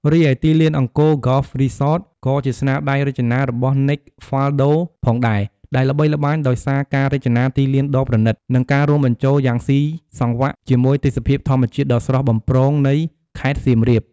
រីឯទីលាន Angkor Golf Resort ក៏ជាស្នាដៃរចនារបស់ Nick Faldo ផងដែរ ដែលល្បីល្បាញដោយសារការរចនាទីលានដ៏ប្រណីត និងការរួមបញ្ចូលយ៉ាងស៊ីសង្វាក់ជាមួយទេសភាពធម្មជាតិដ៏ស្រស់បំព្រងនៃខេត្តសៀមរាប។